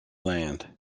land